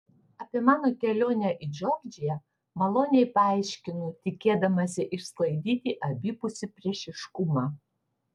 apie mano kelionę į džordžiją maloniai paaiškinu tikėdamasi išsklaidyti abipusį priešiškumą